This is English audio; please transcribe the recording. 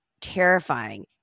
terrifying